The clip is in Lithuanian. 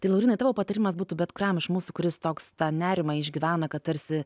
tai laurynai tavo patarimas būtų bet kuriam iš mūsų kuris toks tą nerimą išgyvena kad tarsi